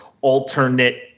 alternate